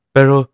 Pero